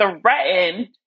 threatened